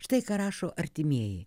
štai ką rašo artimieji